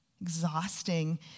exhausting